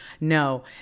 No